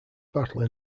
battle